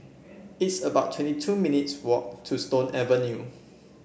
it's about twenty two minutes walk to Stone Avenue